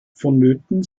vonnöten